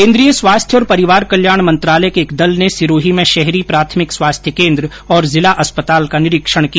केन्द्रीय स्वास्थ्य और परिवार कल्याण मंत्रालय के एक दल ने सिरोही में शहरी प्राथमिक स्वास्थ्य केन्द्र और जिला अस्पताल का निरीक्षण किया